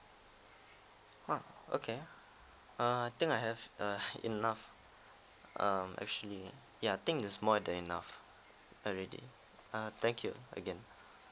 !wah! okay err I think I have uh enough um actually ya I think is more than enough already uh thank you again